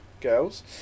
girls